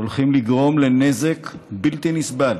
הולכים לגרום נזק בלתי נסבל